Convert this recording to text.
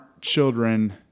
children